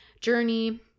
journey